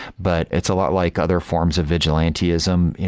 but it's a lot like other forms of vigilantism.